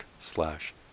slash